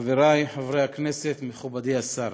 חברי חברי הכנסת, מכובדי השר,